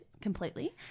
completely